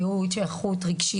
טיפול רגשי,